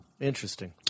interesting